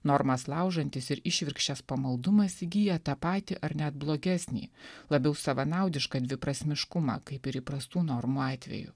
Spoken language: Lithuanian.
normas laužantis ir išvirkščias pamaldumas įgyja tą patį ar net blogesnį labiau savanaudišką dviprasmiškumą kaip ir įprastų normų atveju